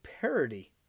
parody